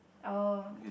oh